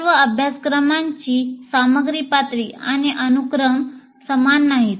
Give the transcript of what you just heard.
सर्व अभ्यासक्रमांची सामग्री पातळी आणि अनुक्रम समान नाहीत